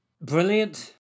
Brilliant